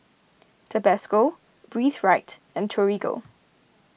Tabasco Breathe Right and Torigo